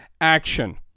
action